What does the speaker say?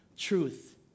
Truth